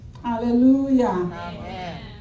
Hallelujah